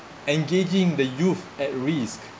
engaging the youth at risk